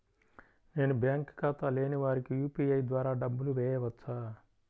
నేను బ్యాంక్ ఖాతా లేని వారికి యూ.పీ.ఐ ద్వారా డబ్బులు వేయచ్చా?